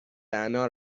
انار